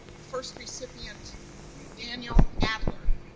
the first recipient daniel adler,